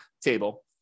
table